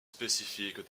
spécifiques